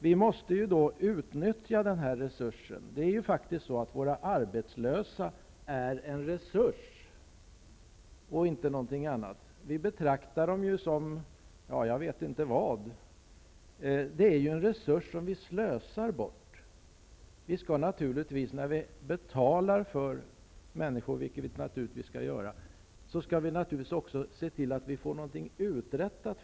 Våra arbetslösa är ju en resurs -- inte något annat -- och den resursen måste vi få utnyttja. Jag vet inte hur vi betraktar den egentligen, men den slösas ofta bort. När vi betalar för människor, vilket vi naturligtvis skall göra, skall vi också se till att något blir uträttat.